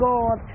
God